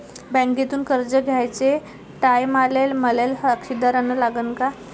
बँकेतून कर्ज घ्याचे टायमाले मले साक्षीदार अन लागन का?